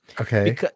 okay